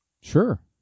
Sure